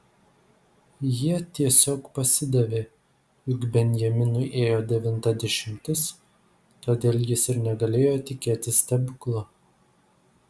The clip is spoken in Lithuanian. jie tiesiog pasidavė juk benjaminui ėjo devinta dešimtis todėl jis ir negalėjo tikėtis stebuklo